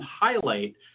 highlight